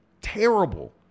terrible